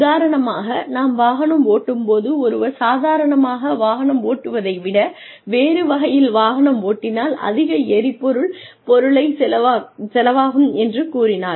உதாரணமாக நாம் வாகனம் ஓட்டும்போது ஒருவர் சாதாரணமாக வாகனம் ஓட்டுவதை விட வேறு வகையில் வாகனம் ஓட்டினால் அதிக எரிபொருள் பொருளை செலவாகும் என்று கூறினால்